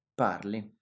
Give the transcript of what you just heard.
parli